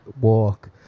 walk